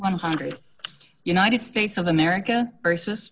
one hundred united states of america versus